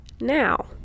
now